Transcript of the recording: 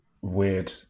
weird